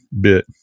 bit